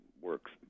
works